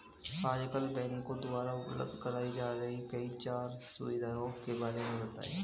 आजकल बैंकों द्वारा उपलब्ध कराई जा रही कोई चार सुविधाओं के बारे में बताइए?